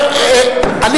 לא נכון.